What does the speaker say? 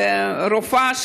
רופאה,